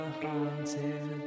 haunted